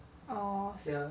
oh